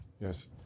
Yes